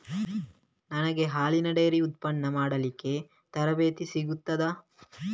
ನನಗೆ ಹಾಲಿನ ಡೈರಿ ಉತ್ಪನ್ನ ಮಾಡಲಿಕ್ಕೆ ತರಬೇತಿ ಸಿಗುತ್ತದಾ?